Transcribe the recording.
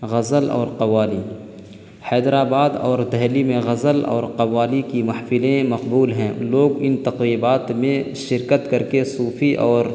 غزل اور قوالی حیدرآباد اور دہلی میں غزل اور قوالی کی محفلیں مقبول ہیں لوگ ان تقریبات میں شرکت کر کے صوفی اور